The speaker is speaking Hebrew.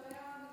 אפשר היה,